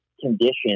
conditions